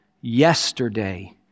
yesterday